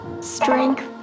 strength